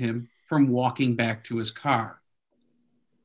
him from walking back to his car